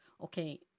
okay